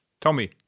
Tommy